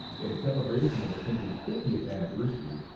in celebration of the center's fiftieth anniversary,